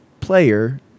player